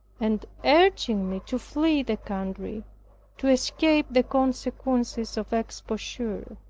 and urging me to flee the country to escape the consequences of exposure.